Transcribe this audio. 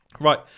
Right